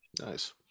Nice